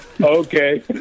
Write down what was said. Okay